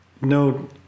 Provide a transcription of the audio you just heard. no